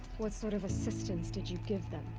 what sort of assistance did you give them?